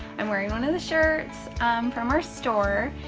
i'm wearing one of the shirts from our store,